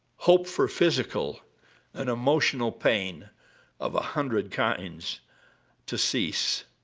hope for physical and emotional pain of a hundred kinds to cease.